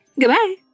Goodbye